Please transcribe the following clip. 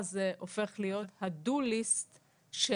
הופך להיות ה-דו ליסט של